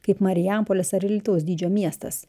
kaip marijampolės ar alytaus dydžio miestas